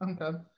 Okay